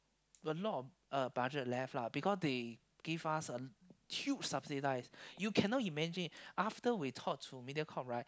a lot of uh budget left lah because they give us a huge subsidize you cannot imagine after we talk to Mediacorp right